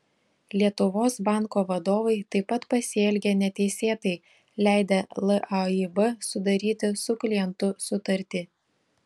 lietuvos banko vadovai taip pat pasielgė neteisėtai leidę laib sudaryti su klientu sutartį